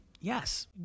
yes